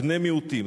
בני-מיעוטים.